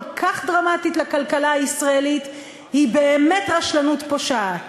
כך דרמטית לכלכלה הישראלית היא באמת רשלנות פושעת.